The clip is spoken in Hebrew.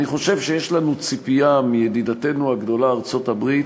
אני חושב שיש לנו ציפייה מידידתנו הגדולה ארצות-הברית